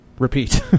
Repeat